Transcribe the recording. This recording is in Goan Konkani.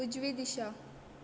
उजवी दिशा